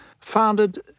founded